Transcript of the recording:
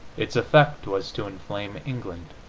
its effect was to inflame england.